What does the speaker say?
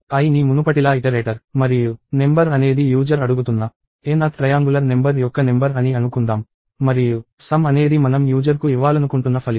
iని మునుపటిలా ఇటరేటర్ మరియు నెంబర్ అనేది యూజర్ అడుగుతున్న nth ట్రయాంగులర్ నెంబర్ యొక్క నెంబర్ అని అనుకుందాం మరియు సమ్ అనేది మనం యూజర్ కు ఇవ్వాలనుకుంటున్న ఫలితం